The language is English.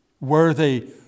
worthy